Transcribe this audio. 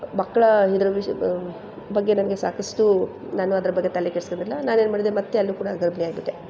ಮಕ್ಕಳ ಬಗ್ಗೆ ನನಗೆ ಸಾಕಷ್ಟು ನಾನು ಅದ್ರ ಬಗ್ಗೆ ತಲೆ ಕೆಡಿಸ್ಕೊಂಡಿಲ್ಲ ನಾನೇನು ಮಾಡಿದೆ ಮತ್ತು ಅಲ್ಲೂ ಕೂಡ ಗರ್ಭಿಣಿಯಾಗಿದ್ದೆ